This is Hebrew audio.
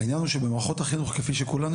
העניין הוא שבמערכות החינוך - כפי שכולנו